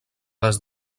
des